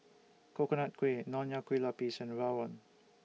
Coconut Kuih Nonya Kueh Lapis and Rawon